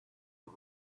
you